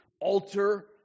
alter